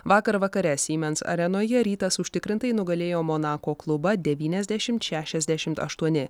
vakar vakare siemens arenoje rytas užtikrintai nugalėjo monako klubą devyniasdešimt šešiasdešimt aštuoni